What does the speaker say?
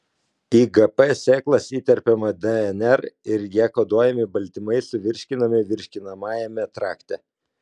į gp sėklas įterpiama dnr ir ja koduojami baltymai suvirškinami virškinamajame trakte